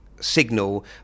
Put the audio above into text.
Signal